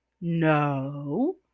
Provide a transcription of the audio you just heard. no